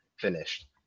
finished